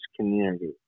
community